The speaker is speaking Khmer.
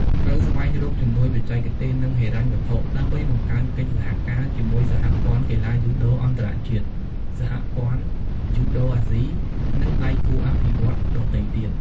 ត្រូវស្វែងរកជំនួយបច្ចេកទេស និងហិរញ្ញវត្ថុ ដើម្បីបង្កើនកិច្ចសហការជាមួយសហព័ន្ធកីឡាយូដូអន្តរជាតិ សហព័ន្ធយូដូអាស៊ី និងដៃគូអភិវឌ្ឍន៍ដទៃទៀត ។